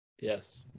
Yes